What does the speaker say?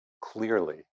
clearly